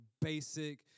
basic